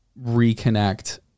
reconnect